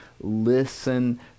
Listen